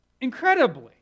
incredibly